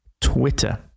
Twitter